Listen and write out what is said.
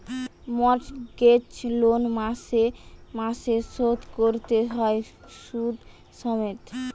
mortgage loan মাসে মাসে শোধ কোরতে হয় শুধ সমেত